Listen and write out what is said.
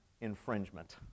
infringement